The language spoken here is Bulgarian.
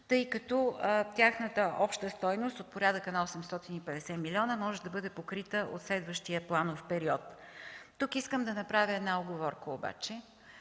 тъй като тяхната обща стойност от порядъка на 850 милиона може да бъде покрита от следващия планов период. Тук искам да направя една уговорка обаче